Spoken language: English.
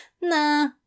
Nah